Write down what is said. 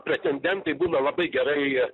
pretendentai būna labai gerai